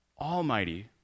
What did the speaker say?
Almighty